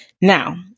Now